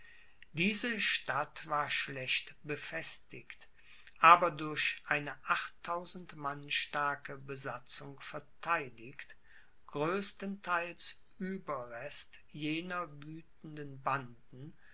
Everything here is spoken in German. diese stadt war schlecht befestigt aber durch eine achttausend mann starke besatzung vertheidigt größtenteils ueberrest jener wüthenden banden